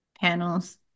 panels